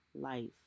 life